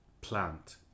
plant